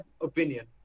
opinion